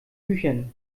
büchern